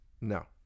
no